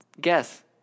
Guess